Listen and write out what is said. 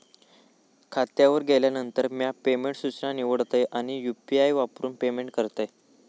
खात्यावर गेल्यानंतर, म्या पेमेंट सूचना निवडतय आणि यू.पी.आई वापरून पेमेंट करतय